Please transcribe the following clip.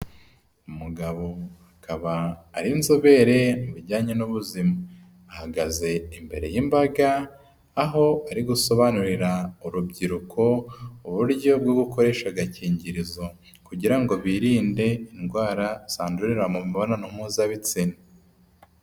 Umugabo akaba ari inzobere mu bijyanye n'ubuzima, ahagaze imbere y'imbaga aho ari gusobanurira urubyiruko uburyo bwo gukoresha agakingirizo kugira ngo birinde indwara zandurira mu mibonano mpuzabitsina.